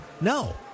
No